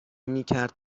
میکرد